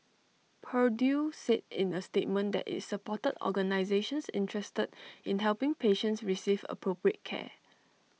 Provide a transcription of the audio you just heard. purdue said in A statement that IT supported organisations interested in helping patients receive appropriate care